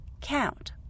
count